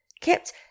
kept